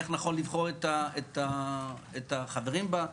איך נכון לבחור את החברים בה,